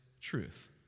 truth